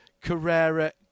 Carrera